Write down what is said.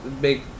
big